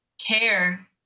care